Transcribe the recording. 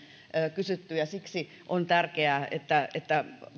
kysytty ja siksi on tärkeää että että